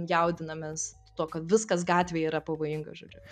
jaudinamės tuo kad viskas gatvėj yra pavojinga žodžiu